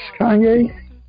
Kanye